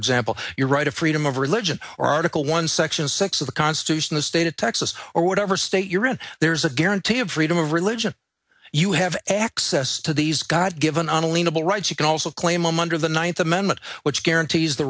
example your right to freedom of religion or article one section six of the constitution the state of texas or whatever state you're in there's a guarantee of freedom of religion you have access to these god given on alina the rights you can also claim i'm under the ninth amendment which guarantees the